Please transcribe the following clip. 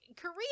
Korea